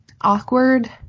awkward